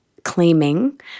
claiming